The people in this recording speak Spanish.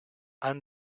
han